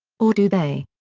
or do they,